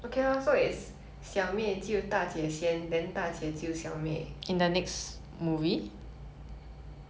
both movies were about the same like they no second movie is more of the 大姐救小妹